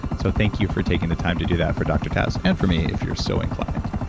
so thank you for taking the time to do that for dr. taz and for me if you're so inclined.